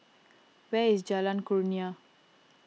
where is Jalan Kurnia